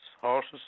horses